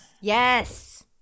Yes